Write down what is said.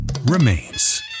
Remains